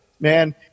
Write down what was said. Man